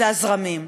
אלה הזרמים,